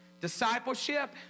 Discipleship